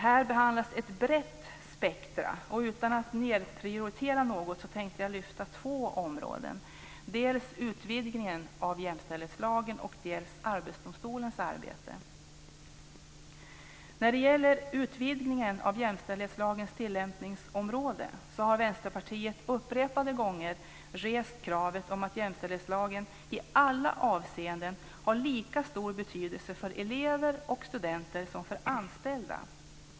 Här behandlas ett brett spektrum. Utan att nedprioritera något tänkte jag lyfta fram två områden, dels utvidgningen av jämställdhetslagen, dels Arbetsdomstolens arbete. När det gäller utvidgningen av jämställdhetslagens tillämpningsområde har Vänsterpartiet upprepade gånger rest kravet på att jämställdhetslagen i alla avseenden har lika stor betydelse för elever och studenter som för anställda.